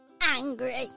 Angry